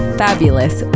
fabulous